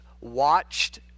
watched